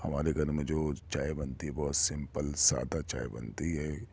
ہمارے گھر میں جو چائے بنتی ہے بہت سمپل سادہ چائے بنتی ہے